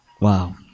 Wow